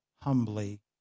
humbly